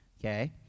Okay